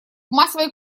массовой